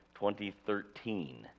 2013